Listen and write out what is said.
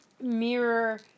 mirror